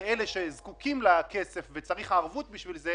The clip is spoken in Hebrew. לאלה שזקוקים לכסף וצריך ערבות בשביל זה,